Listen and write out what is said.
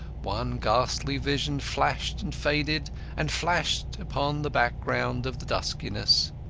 one ghastly vision flashed and faded and flashed upon the background of the duskiness.